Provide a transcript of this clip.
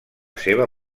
seva